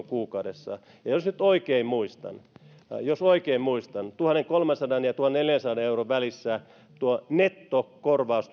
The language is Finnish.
kuukaudessa ja jos nyt oikein muistan jos oikein muistan tuhatkolmesataa ja tuhannenneljänsadan euron välissä tuo nettokorjaus